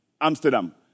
Amsterdam